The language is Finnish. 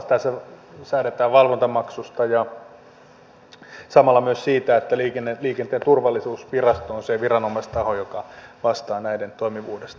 samalla säädetään valvontamaksusta ja myös siitä että liikenteen turvallisuusvirasto on se viranomaistaho joka vastaa näiden toimivuudesta